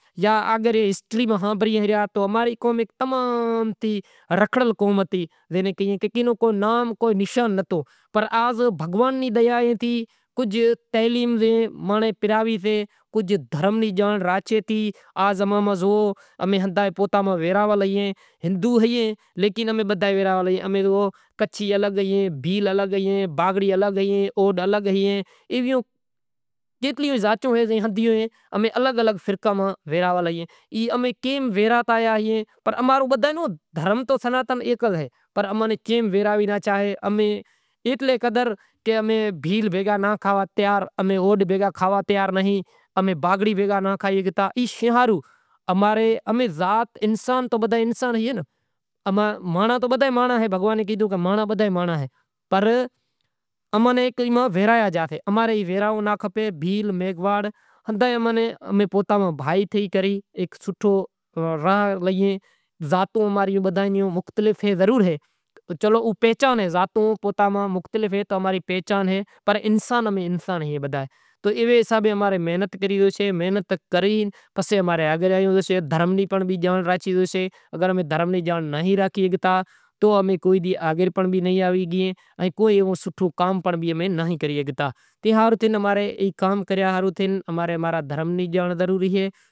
اگر امیں دھرم نی جانڑ اماں را بھگت پنڈت تھیا اے ڈے ریا پر امیں لیدہے ہاروں تیار نہیں۔ اینا گھرے تو آخر کرشیں نانہی سے تو ایئے ناں کوئی بھرت کوئی رلی شیکھڑاواں تو گھرے ای کام آوشے۔ امیں ای کام کرے تو سوکری ناں شیکھڑاساں سوکرو سے ہیک نانہو سے تو موٹر ہاکے۔ امیں تو زایاں آویئاں بوہناں نے گھرے ویواہ ماتھے کوئی کانہوڑا ماتھے تہوار ماتھے سوکرا پرنڑے تو ایئاں نی زان میں زایا کوئی ہگایوں تھیں تو ایئاں نیں زان میں زایاں بنیئے زایا ساں بدہو ئی کراں ساں کپاہہ وہوڑاں زایاں تو کوئی شوں کراں واٹرے زایاں تو لگڑاں دھویاں لگڑا دھوئی آوے وڑی شاگ روٹلاں کراں۔